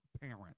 parent